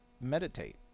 meditate